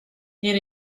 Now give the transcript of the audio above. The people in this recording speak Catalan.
era